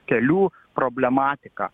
kelių problematiką